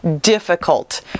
difficult